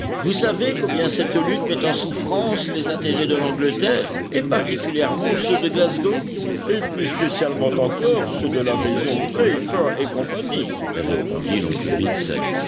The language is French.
vous savez combien cette lutte met en souffrance les intérêts de l'angleterre et particulièrement ceux de glasgow et plus spécialement encore ceux de la maison playfair et co répondit l'oncle vincent